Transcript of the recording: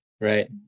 Right